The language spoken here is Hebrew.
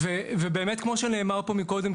כמו שנאמר פה מקודם,